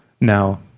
Now